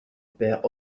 perd